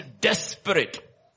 desperate